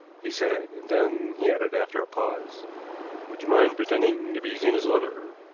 he said, and then he added, after a pause would you mind pretending to be zena's lover?